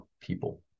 people